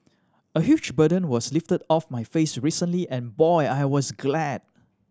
a huge burden was lifted off my face recently and boy was I glad